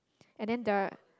and then the